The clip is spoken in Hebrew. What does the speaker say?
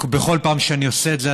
בכל פעם שאני עושה את זה,